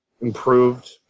improved